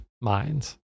minds